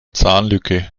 zahnlücke